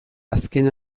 azken